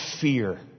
fear